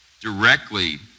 directly